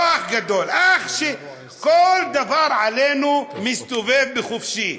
לא אח גדול, אח שכל דבר עלינו מסתובב חופשי.